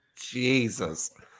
Jesus